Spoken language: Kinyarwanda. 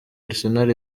arsenal